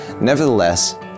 Nevertheless